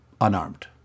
unarmed